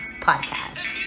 podcast